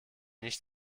nicht